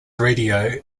radio